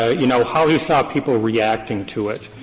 ah you know, how he saw people reacting to it,